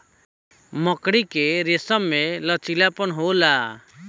मकड़ी के रेसम में लचीलापन होला